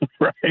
right